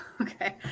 okay